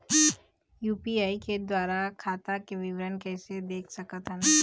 UPI के द्वारा खाता के विवरण कैसे देख सकत हन?